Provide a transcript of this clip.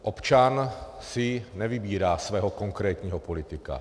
Občan si nevybírá svého konkrétního politika.